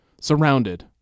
surrounded